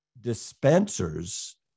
dispensers